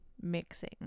mixing